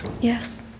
Yes